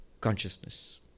consciousness